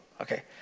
okay